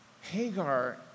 Hagar